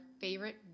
favorite